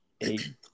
eight